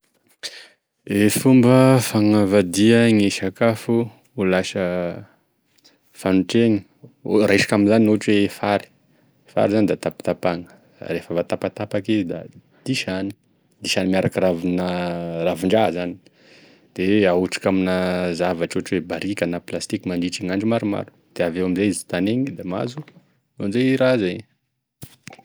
E fomba fagnavadia gne sakafo lasa fagnotria, ohatr- raisiko amizany ohatra hoe gne fary, fary zany da tapatapahana, rehefa voatapatapaky izy da disagny disagny miaraka ravidraha zany da ahotriky ame zavatra, ohatra barika na plasitiky mandritra ny andro maromaro, da avy eo amizay tagnehigny, da mahazo anizay raha zay.